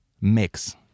mix